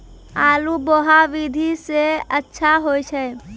आलु बोहा विधि सै अच्छा होय छै?